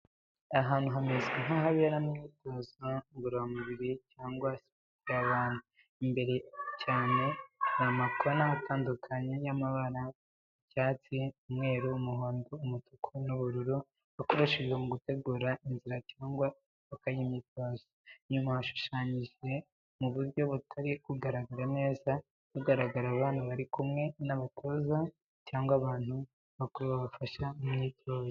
Ahantu hameze nk’ahaberamo imyitozo ngororamubiri cyangwa siporo y’abana. Imbere cyane, hari amakona atandukanye y’amabara: icyatsi, umweru, umuhondo, umutuku, n’ubururu, akoreshejwe mu gutegura inzira cyangwa imipaka y’imyitozo. Inyuma, hashushanyije mu buryo butari kugaragara neza, hagaragara abana bari kumwe n’abatoza cyangwa abantu bakuru babafasha mu myitozo.